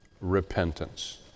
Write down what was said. repentance